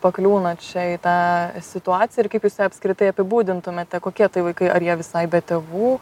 pakliūna čia į tą situaciją ir kaip jūs ją apskritai apibūdintumėte kokie tai vaikai ar jie visai be tėvų